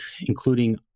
including